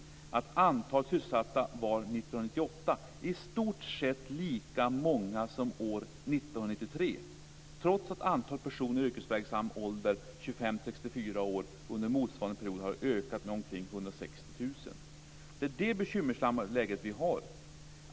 Man skriver att antalet sysselsatta år 1998 i stort sett var lika stort som år 1993, trots att antalet personer i yrkesverksam ålder, 25-64 år, under motsvarande period har ökat med omkring 160 000. Det är det bekymmersamma läget vi har.